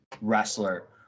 wrestler